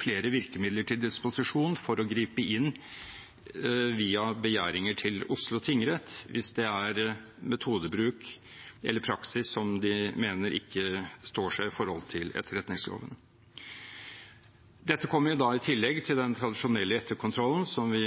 flere virkemidler til disposisjon for å gripe inn via begjæringer til Oslo tingrett hvis det er metodebruk eller praksis som de mener ikke står seg i forhold til etterretningsloven. Dette kommer i tillegg til den tradisjonelle etterkontrollen som vi